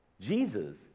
Jesus